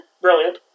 Brilliant